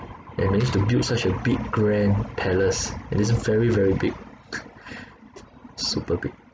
and managed to build such a big grand palace and it's very very big super big